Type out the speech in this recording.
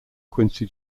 quincy